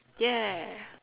ya